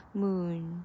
moon